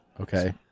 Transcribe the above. Okay